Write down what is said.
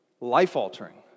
life-altering